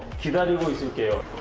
should listen to